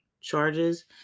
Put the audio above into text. charges